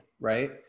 right